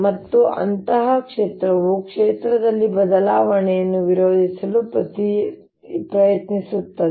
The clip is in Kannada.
ಮತ್ತು ಅಂತಹ ಕ್ಷೇತ್ರವು ಕ್ಷೇತ್ರದಲ್ಲಿ ಬದಲಾವಣೆಯನ್ನು ವಿರೋಧಿಸಲು ಪ್ರಯತ್ನಿಸುತ್ತದೆ